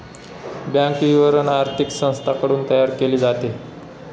bank विवरण आर्थिक संस्थांकडून तयार केले जाते